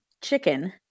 chicken